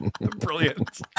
Brilliant